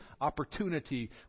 opportunity